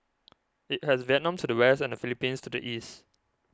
it has Vietnam to the west and the Philippines to the east